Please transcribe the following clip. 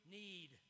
need